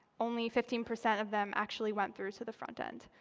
only fifteen percent of them actually went through to the front end.